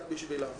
בשבילם.